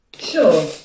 Sure